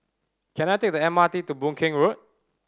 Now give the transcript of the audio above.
can I take the M R T to Boon Keng Road